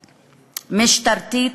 משטרתית,